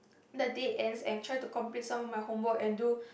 the day ends and try to complete some of my homework and do